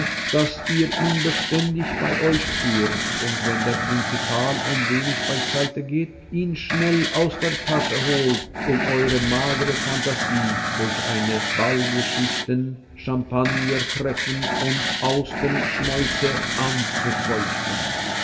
daß ihr ihn beständig bei euch führt und wenn der prinzipal ein wenig beiseite geht ihn schnell aus der tasche holt um eure magere phantasie durch einige ballgeschichten champagnertreffen und austernschmäuse anzufeuchten